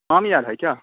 آم یار ہے کیا